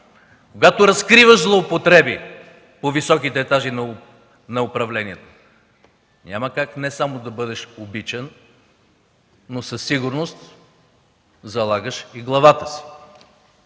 когато разкриваш злоупотреби по високите етажи на управление, няма как не само да не бъдеш обичан, но със сигурност залагаш и главата си.